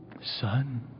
son